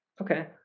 Okay